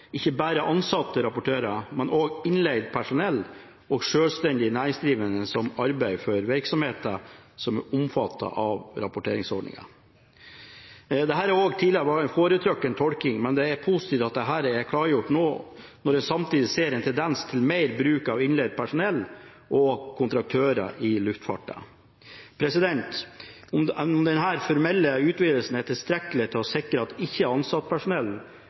ikke bare ansatte rapportører, men også innleid personell og selvstendig næringsdrivende som arbeider for virksomheter som er omfattet av rapporteringsordningene. Dette har også tidligere vært en foretrukket tolkning, men det er positivt at dette er klargjort nå når en samtidig ser en tendens til mer bruk av innleid personell og kontraktører i luftfarten. Om denne formelle utvidelsen er tilstrekkelig til å sikre at ikke-ansatt personell rapporterer i like stor grad som ansatt personell,